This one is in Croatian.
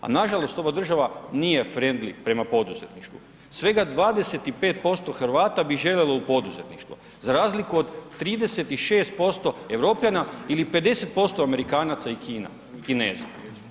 A nažalost ova država nije frendli prema poduzetništvu, svega 25% Hrvata bi želilo u poduzetništvo za razliku od 36% Europljana ili 50% Amerikanaca i Kineza.